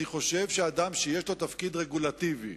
אני חושב שאדם שיש לו תפקיד רגולטיבי,